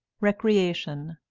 recreation.